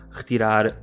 retirar